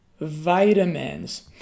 vitamins